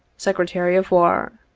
secretary of war.